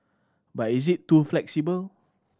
but is it too flexible